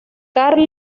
carl